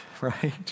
right